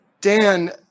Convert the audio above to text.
Dan